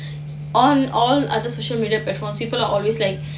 on all other social media platforms people are always like